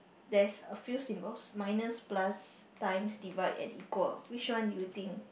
that's a few singles minus plus times divide and equal which one you think